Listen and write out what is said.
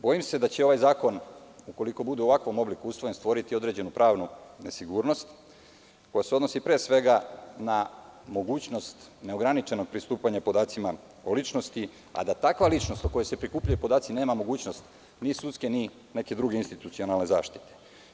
Bojim se da će ovaj zakon, ukoliko bude u ovakvom obliku usvojen, stvoriti određenu pravnu nesigurnost koja se odnosi pre svega na mogućnost neograničenog pristupanja podacima o ličnosti, a da ta ličnost o kojoj se prikupljaju podaci nema mogućnost ni sudske ni bilo koje druge institucionalne zaštite.